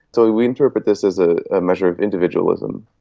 so we we interpret this as a measure of individualism.